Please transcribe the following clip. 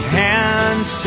hands